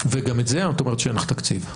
וגם לזה את אומרת שאין לך תקציב.